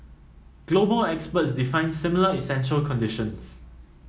global experts define similar essential conditions